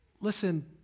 listen